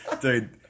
Dude